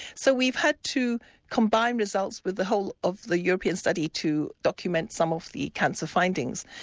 so we've had to combine results with the whole of the european study to document some of the cancer findings.